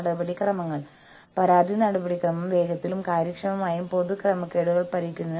പക്ഷേ നിയമനടപടികളിലൂടെ വളരെ എളുപ്പത്തിൽ അവരെ അടിച്ചമർത്താൻ കഴിയും